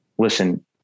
listen